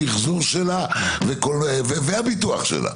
המחזור שלה והביטוח שלה.